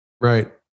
Right